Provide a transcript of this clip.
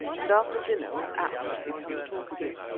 and after dinner was apt to become talkative.